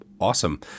awesome